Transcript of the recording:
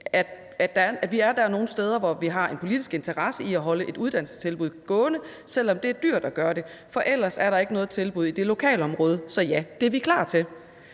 at vi nogle steder er der, hvor vi har en politisk interesse i at holde et uddannelsestilbud gående, selv om det er dyrt at gøre det, for ellers er der ikke noget tilbud i det lokalområde. Så ja, det er vi klar til.